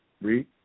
Read